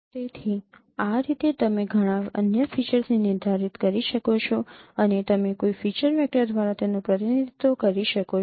તેથી આ રીતે તમે ઘણા અન્ય ફીચર્સને નિર્ધારિત કરી શકો છો અને તમે કોઈ ફીચર વેક્ટર દ્વારા તેનું પ્રતિનિધિત્વ કરી શકો છો